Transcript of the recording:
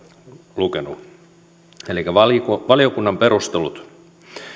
lukenut valiokunnan valiokunnan perustelut